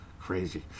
crazy